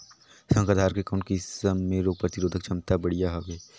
संकर धान के कौन किसम मे रोग प्रतिरोधक क्षमता बढ़िया हवे?